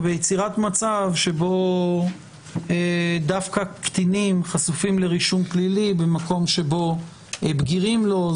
ויצירת מצב שבו דווקא קטינים חשופים לרישום פלילי במקום שבו בגירים לא,